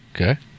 Okay